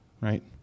right